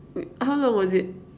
wait how long was it